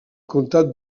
comtat